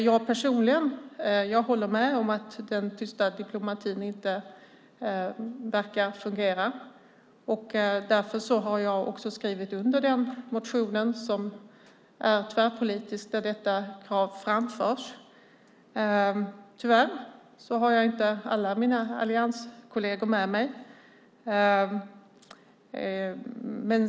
Jag personligen håller med om att den tysta diplomatin inte verkar fungera. Därför har jag också skrivit under den motion som är tvärpolitisk och där detta krav framförs. Tyvärr har jag inte alla mina allianskolleger med mig.